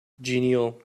genial